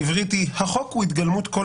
העברית היא: החוק הוא התגלמות / כל